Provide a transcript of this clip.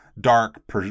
Dark